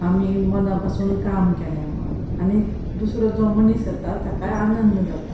आमी माना पासून काम केले म्हणून आनी दुसरो जो मनीस येता ताकाय आनंद जाता